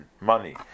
money